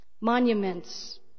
Monuments